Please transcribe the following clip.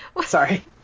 Sorry